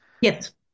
Yes